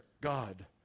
God